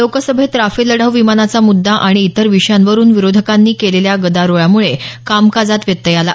लोकसभेत राफेल लढाऊ विमानाचा मुद्दा आणि इतर विषयांवरुन विरोधकांनी केलेल्या गदारोळामुळे कामकाजात व्यत्यय आला